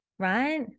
right